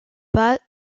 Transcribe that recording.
pas